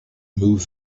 move